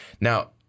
Now